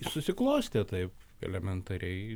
susiklostė taip elementariai